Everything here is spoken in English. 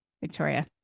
Victoria